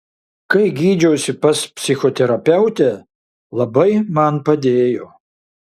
kai gydžiausi pas psichoterapeutę labai man padėjo